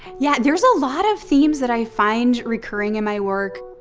yeah, there's a lot of themes that i find recurring in my work.